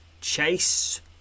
Chase